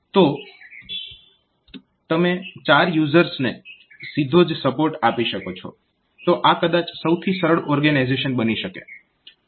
તો તમે ચાર યુઝર્સને સીધો જ સપોર્ટ આપી શકો છો તો આ કદાચ સૌથી સરળ ઓર્ગેનાઇઝેશન બની શકે